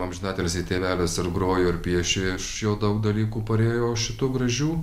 amžinatilsį tėvelis ir grojo ir piešė iš jo daug dalykų parėjo šitų gražių